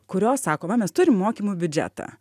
kurios sakoma mes turim mokymų biudžetą